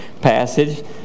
passage